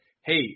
hey